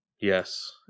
Yes